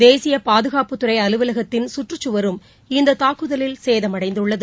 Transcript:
தேசிய பாதுகாப்புப்துறை அலுவலகத்தின் சுற்றுச்சுவரும் இந்த தாக்குதலில் சேதமடைந்தது